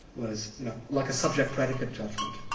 was like a subject-predicate judgment.